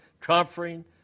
comforting